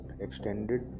extended